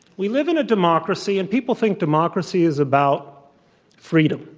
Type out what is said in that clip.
we live in a democracy and people think democracy is about freedom.